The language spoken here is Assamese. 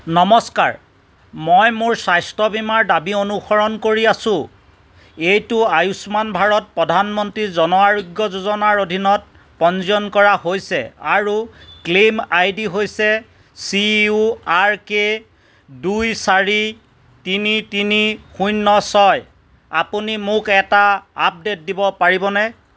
নমস্কাৰ মই মোৰ স্বাস্থ্য বীমাৰ দাবী অনুসৰণ কৰি আছোঁ এইটো আয়ুষ্মান ভাৰত প্ৰধানমন্ত্ৰী জন আৰোগ্য যোজনাৰ অধীনত পঞ্জীয়ন কৰা হৈছে আৰু ক্লেইম আইডি হৈছে চি ইউ আৰ কে দুই চাৰি তিনি তিনি শূন্য ছয় আপুনি মোক এটা আপডে'ট দিব পাৰিবনে